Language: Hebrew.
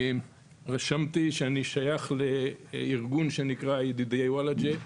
רשמתי שאני שייך לארגון שנקרא "ידידי וולאג'ה"